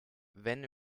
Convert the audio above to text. wenn